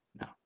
No